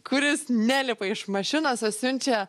kuris nelipa iš mašinos atsiunčia